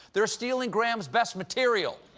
they're stealing graham's best material.